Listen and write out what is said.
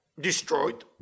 destroyed